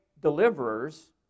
deliverers